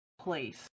place